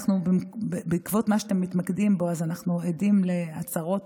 בעקבות מה שאתם מתמקדים בו אנחנו עדים להצהרות